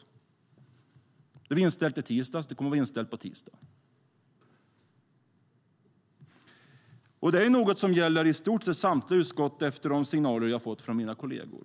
Det var inställt i tisdags och kommer att vara inställt på tisdag. Detta gäller i stort sett samtliga utskott, utifrån de signaler jag fått från mina kolleger.